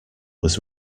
was